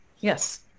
Yes